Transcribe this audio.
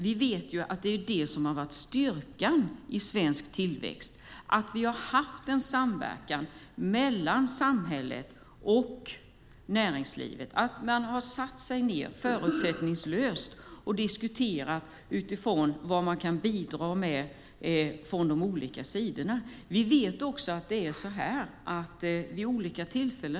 Vi vet att det som har varit styrkan i svensk tillväxt är att vi har haft en samverkan mellan samhället och näringslivet, och att man förutsättningslöst har diskuterat vad man kan bidra med från olika håll.